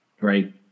Right